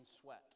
sweat